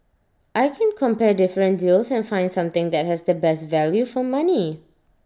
I can compare different deals and find something that has the best value for money